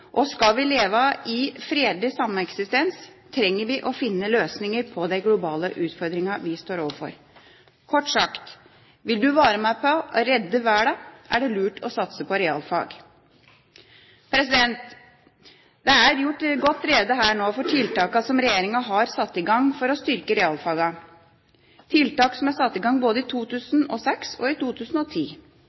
Skal vi leve i fredelig sameksistens, trenger vi å finne løsninger på de globale utfordringene vi står overfor. Kort sagt: Vil man være med på å redde verden, er det lurt å satse på realfag! Det er nå gjort godt rede for tiltakene som regjeringa har satt i gang for å styrke realfagene – tiltak som er satt i gang både i 2006 og i 2010.